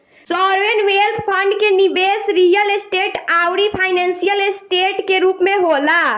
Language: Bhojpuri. सॉवरेन वेल्थ फंड के निबेस रियल स्टेट आउरी फाइनेंशियल ऐसेट के रूप में होला